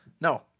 No